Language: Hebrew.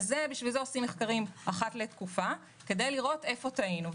בשביל זה עושים מחקרים אחת לתקופה כדי לראות איפה טעינו.